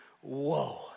Whoa